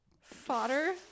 Fodder